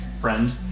friend